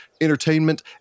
entertainment